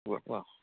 ഉവ്വ് ആ